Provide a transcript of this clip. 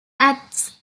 acts